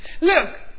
Look